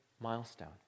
milestone